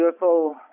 UFO